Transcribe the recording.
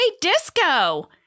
Disco